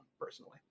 personally